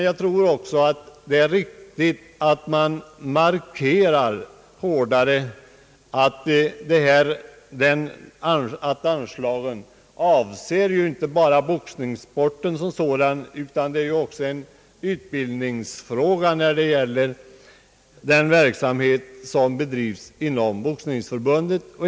Jag tror att det är riktigt att man hårdare markerar att anslaget inte bara avser boxningssporten som sådan utan också den utbildningsverksamhet som bedrivs inom Boxningsförbundet.